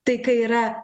tai kai yra